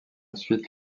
suite